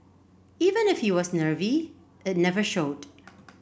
even if he was nervy it never showed